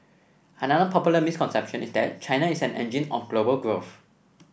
another popular misconception is that China is an engine of global growth